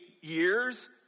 years